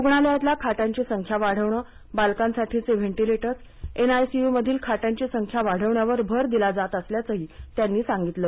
रुग्णालयातल्या खाटांची संख्या वाढवणबालकांसाठीचे व्हेंटिलेटर्सएनआयसीयूमधील खाटांची संख्या वाढवण्यावर भर दिला जात असल्याचंही त्यांनी सांगितलं